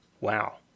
Wow